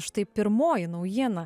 štai pirmoji naujiena